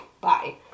bye